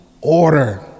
order